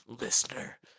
listener